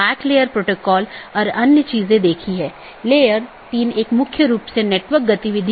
इन protocol के उदाहरण OSPF हैं और RIP जिनमे मुख्य रूप से इस्तेमाल किया जाने वाला प्रोटोकॉल OSPF है